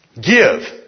Give